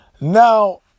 Now